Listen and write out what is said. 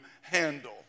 handle